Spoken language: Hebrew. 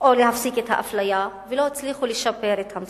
או להפסיק את האפליה, לא הצליחו לשפר את המציאות.